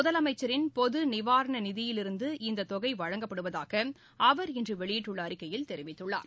முதலமைச்சரின் பொது நிவாரண நிதியிலிருந்து இந்த தொகை வழங்கப்படுவதாக அவர் இன்று வெளியிட்டுள்ள அறிக்கையில் தெரிவித்துள்ளார்